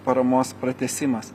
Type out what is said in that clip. paramos pratęsimas